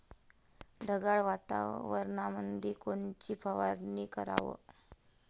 ढगाळ वातावरणामंदी कोनची फवारनी कराव?